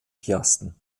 piasten